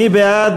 מי בעד?